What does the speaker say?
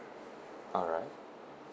alright